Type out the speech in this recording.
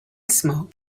smoke